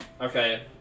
okay